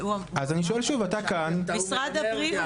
לא אמר אילו משרדים.